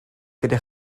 gyda